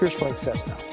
um frank sesno